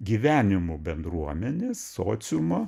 gyvenimu bendruomenės sociumo